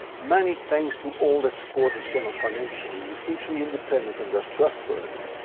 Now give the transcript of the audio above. many thanks to all that support this channel financially, it keeps me independent and thus trustworthy.